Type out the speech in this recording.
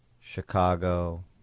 Chicago